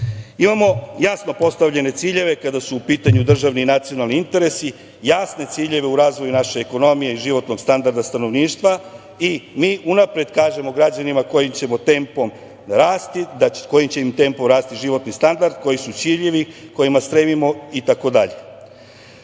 jasno postavljene ciljeve kada su u pitanju državni i nacionalni interesi, jasne ciljeve u razvoju naše ekonomije i životnog standarda stanovništva. Mi unapred kažemo građanima kojim ćemo tempom rasti, kojim će im tempom rasti životni standard, koji su ciljevi kojima stremimo itd. Zato